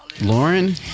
Lauren